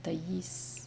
the yeast